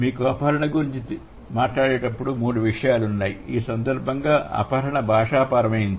మీరు అపహరణ గురించి మాట్లాడేటప్పుడు మూడు విషయాలు ఉన్నాయి ఈ సందర్భంలో అపహరణ భాషాపరమైనది